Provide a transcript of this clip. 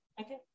Okay